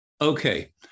Okay